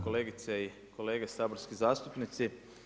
Kolegice i kolege saborski zastupnici.